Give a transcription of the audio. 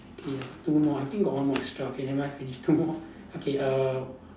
okay got two more I think got one more extra okay never mind finish two more okay err